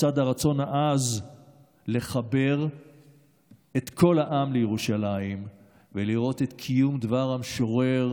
לצד הרצון העז לחבר את כל העם לירושלים ולראות את קיום דבר המשורר,